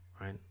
right